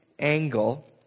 angle